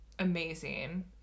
Amazing